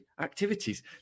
activities